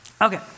Okay